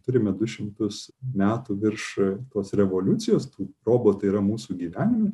turime du šimtus metų virš tos revoliucijos robotai yra mūsų gyvenime